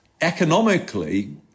economically